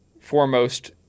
foremost